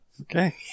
Okay